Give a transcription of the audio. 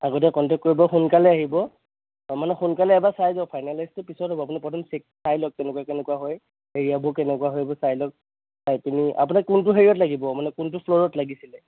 আগতীয়া কণ্টেক কৰিব সোনকালে আহিব তাৰমানে সোনকালে এবাৰ চাই যাওঁক ফাইনেলাইজটো পিছত হ'ব আপুনি প্ৰথম চেক কৰি চাই লওক কেনেকুৱা কেনেকুৱা হয় এৰিয়াবোৰ কেনেকুৱা হয় সেইবোৰ চাই লওক চাই পিনি আপোনাক কোনটো হেৰীয়াত লাগিব মানে কোনটো ফ্ল'ৰত লাগিছিল